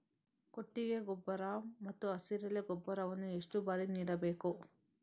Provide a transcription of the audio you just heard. ಕೊಟ್ಟಿಗೆ ಗೊಬ್ಬರ ಮತ್ತು ಹಸಿರೆಲೆ ಗೊಬ್ಬರವನ್ನು ಎಷ್ಟು ಬಾರಿ ನೀಡಬೇಕು?